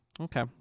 Okay